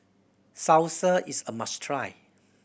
salsa is a must try